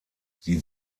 sie